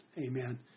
Amen